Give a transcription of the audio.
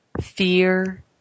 Fear